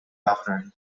after